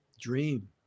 dream